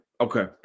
okay